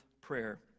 prayer